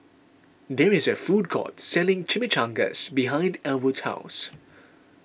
there is a food court selling Chimichangas behind Elwood's house